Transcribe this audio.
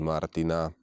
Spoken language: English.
Martina